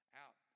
out